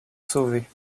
sauvés